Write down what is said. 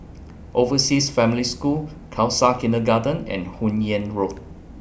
Overseas Family School Khalsa Kindergarten and Hun Yeang Road